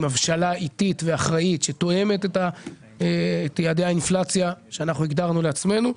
עם הבשלה איטית ואחראית שתואמת את יעדי האינפלציה שהגדרנו לעצמנו,